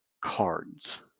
cards